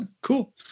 cool